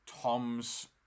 Tom's